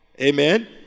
Amen